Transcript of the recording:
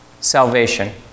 salvation